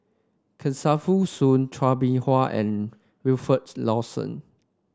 Kesavan Soon Chua Beng Huat and Wilfed Lawson